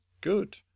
good